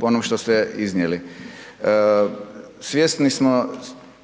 po onom što ste iznijeli. Svjesni smo